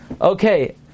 okay